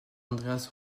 andreas